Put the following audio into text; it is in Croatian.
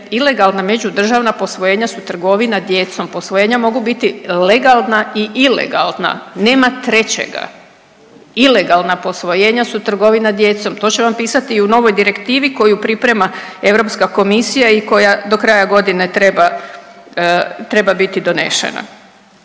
ilegalna međudržavna posvojenja su trgovina djecom. Posvojenja mogu biti legalna i ilegalna, nema trećega. Ilegalna posvojenja su trgovina djecom. To će vam pisati i u novoj direktivi koju priprema Europska komisija i koja do kraja godine treba, treba biti donešena.